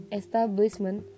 establishment